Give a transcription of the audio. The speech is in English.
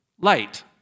light